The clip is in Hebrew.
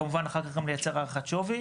וכמובן אחר כך לייצר הערכת שווי,